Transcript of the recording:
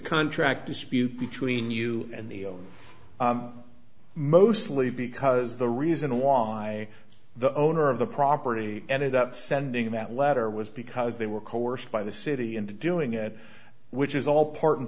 contract dispute between you and the owner mostly because the reason why the owner of the property ended up sending that letter was because they were coerced by the city into doing it which is all part and